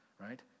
right